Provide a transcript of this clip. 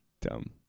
Dumb